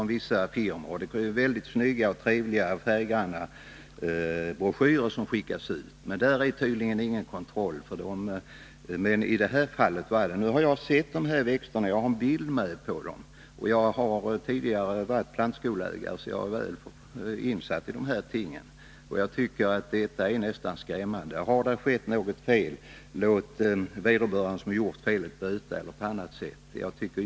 Mycket snygga, trevliga och färggranna broschyrer skickas ut. På det området är det tydligen ingen kontroll — däremot i det här aktuella fallet. Jag har sett växterna i fråga och jag har en bild med på dem. Jag har tidigare varit plantskoleägare och är väl insatt i de här tingen. Jag tycker att det hela är skrämmande. Om något fel har begåtts, låt då den som gjort felet böta eller få något annat straff.